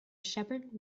shepherd